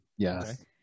Yes